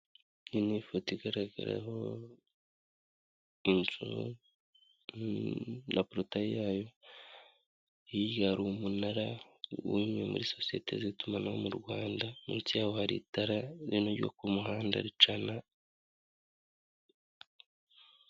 Iyi ni ifoto igaragaraho inzu na protayi yayo, iyi hari umunara w'imwe muri sosiyete z'itumanaho mu Rwanda, munsi yaho hari itara rimwe ryo ku muhanda ricana.